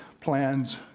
plans